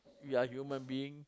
we're human being